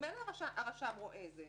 ממילא הרשם רואה את זה.